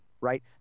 right